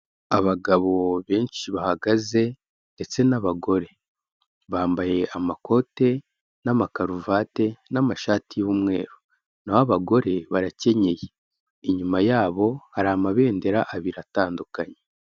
Abagabo benshi bahagaze ndetse n'abagore, bambaye amakote n'amakaruvati n'amashati y'umweru, naho abagore barakenyeye, inyuma yabo hari amabendera abiri atandukanye.